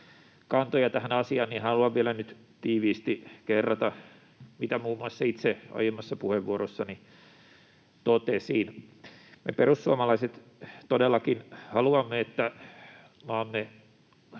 kantoja tähän asiaan. Haluan vielä nyt tiiviisti kerrata, mitä muun muassa itse aiemmassa puheenvuorossani totesin. Me perussuomalaiset todellakin haluamme, että maamme